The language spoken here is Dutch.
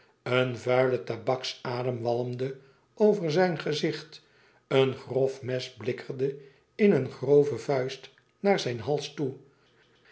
een vuile tabaksadem zwalmde over zijn gezicht een grof mes blikkerde in een grove vuist naar zijn hals toe